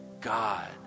God